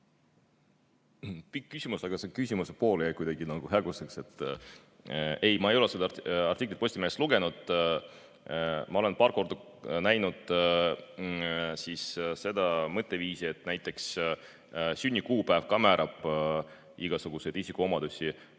Pikk küsimus, aga see küsimuse pool jäi kuidagi häguseks. Ma ei ole seda artiklit Postimehest lugenud. Ma olen paar korda kohanud seda mõtteviisi, et näiteks sünnikuupäev ka määrab igasuguseid isikuomadusi.